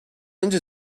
اینجا